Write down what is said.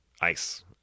ice